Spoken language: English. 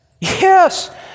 yes